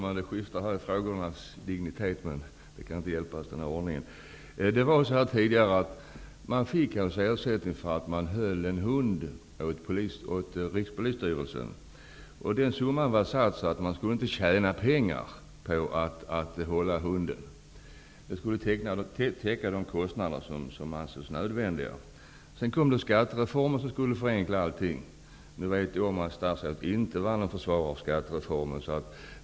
Herr talman! Frågornas dignitet skiftar, men den här ordningen kan inte hjälpas. Tidigare fick man ersättning för att man höll en hund åt Rikspolisstyrelsen. Den summan var fastställd så att man inte skulle tjäna pengar på att hålla hunden. Den skulle täcka de kostnader som ansågs nödvändiga. Sedan kom skattereformen som skulle förenkla allting. Nu vet jag att statsrådet inte var någon försvarare av skattereformen.